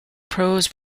pros